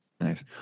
nice